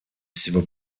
всего